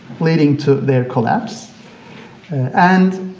leading to their collapse and